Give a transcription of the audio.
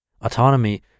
Autonomy